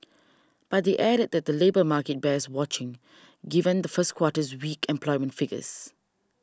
but they added that the labour market bears watching given the first quarter's weak employment figures